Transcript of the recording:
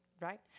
Right